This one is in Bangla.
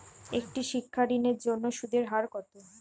একটি শিক্ষা ঋণের জন্য সুদের হার কত?